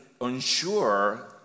unsure